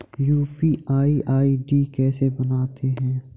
UPI ID कैसे बनाते हैं?